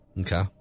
Okay